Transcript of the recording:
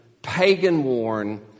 Pagan-worn